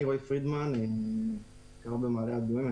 אני רועי פרידמן ממעלה אדומים,